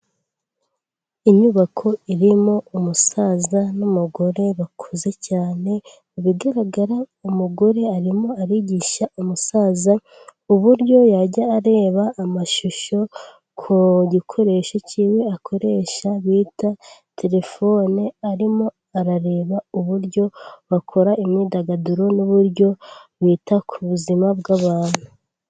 Inyubako irimo umusaza n'umugore bakuze cyane, ibigaragara umugore arimo arigisha umusaza uburyo yajya areba amashusho ku gikoresho cyiwe akoresha bita terefone, arimo arareba uburyo bakora imyidagaduro n'uburyo bita ku buzima bw'abantu.